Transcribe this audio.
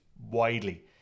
widely